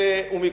כלום.